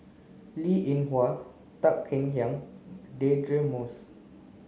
Linn In Hua Tan Kek Hiang Deirdre Moss